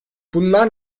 bunlar